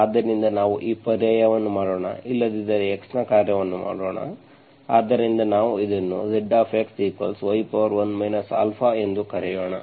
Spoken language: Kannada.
ಆದ್ದರಿಂದ ನಾವು ಈ ಪರ್ಯಾಯವನ್ನು ಮಾಡೋಣ ಇಲ್ಲದಿದ್ದರೆ x ನ ಕಾರ್ಯವನ್ನು ಮಾಡೋಣ ಆದ್ದರಿಂದ ನಾವು ಇದನ್ನು Zx y1 α ಎಂದು ಕರೆಯೋಣ